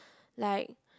like